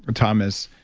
and thomas,